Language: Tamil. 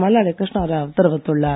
மல்லாடி கிருஷ்ணா ராவ் தெரிவித்துள்ளார்